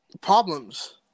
problems